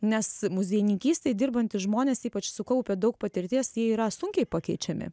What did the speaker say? nes muziejininkystei dirbantys žmonės ypač sukaupę daug patirties jie yra sunkiai pakeičiami